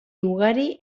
ugari